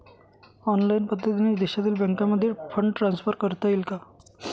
Online पद्धतीने देशातील बँकांमध्ये फंड ट्रान्सफर करता येईल का?